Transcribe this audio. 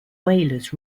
whalers